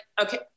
okay